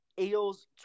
Eels